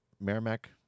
Merrimack